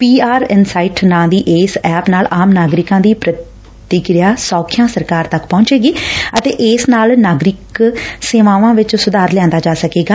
ਪੀ R insight ਨਾਮ ਦੀ ਇਸ ਐਪ ਨਾਲ ਆਮ ਨਾਗਰਿਕਾਂ ਦੀ ਪ੍ਰਤੀਕਿਰਿਆ ਸੋਖਿਆ ਸਰਕਾਰ ਤੱਕ ਪਹੁੰਚੇਗੀ ਅਤੇ ਇਸ ਨਾਲ ਨਾਗਰਿਕਾਂ ਸੇਵਾਵਾਂ ਵਿਚ ਸੁਧਾਰ ਲਿਆਂਦਾ ਜਾ ਸਕੇਗਾ